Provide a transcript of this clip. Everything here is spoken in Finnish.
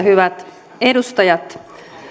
hyvät edustajat